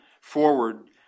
forward